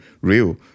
real